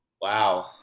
wow